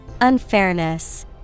Unfairness